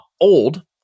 old